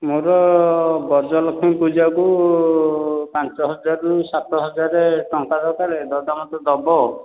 ମୋର ଗଜଲକ୍ଷ୍ମୀ ପୂଜାକୁ ପାଞ୍ଚ ହଜାରରୁ ସାତ ହଜାର ଟଙ୍କା ଦରକାର ଯେଉଁଟା ମୋତେ ଦେବ